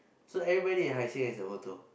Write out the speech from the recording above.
so everybody in Hai Sing has the photo